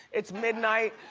it's midnight.